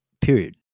period